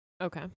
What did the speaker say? okay